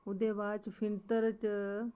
उ'दे बाद च फिंत्तर च